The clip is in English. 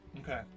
Okay